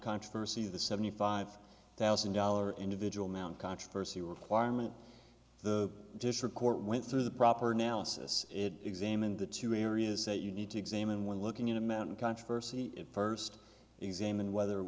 controversy the seventy five thousand dollar individual mount controversy requirement the district court went through the proper analysis it examined the two areas that you need to examine when looking at a man controversy first examined whether it